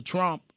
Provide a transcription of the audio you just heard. Trump